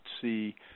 see